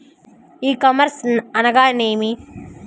ఈ కామర్స్ అనగా నేమి?